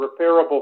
repairable